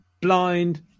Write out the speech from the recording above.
blind